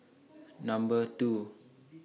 Number two